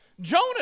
Jonah